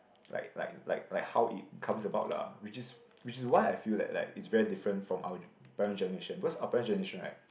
like like like like how it comes about lah which is which is why I feel like like it's very different from our parent generation because our parent generation right